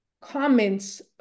comments